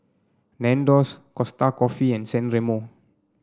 Nandos Costa Coffee and San Remo